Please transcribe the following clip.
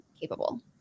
capable